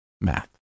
math